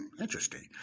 interesting